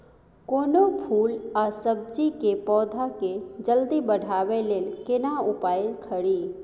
कोनो फूल आ सब्जी के पौधा के जल्दी बढ़ाबै लेल केना उपाय खरी?